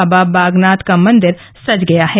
बाबा बागनाथ का मंदिर सज गया है